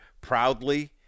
proudly